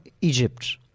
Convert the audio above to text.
Egypt